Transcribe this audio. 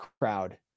crowd